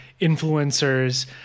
influencers